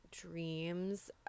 dreams